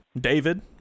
David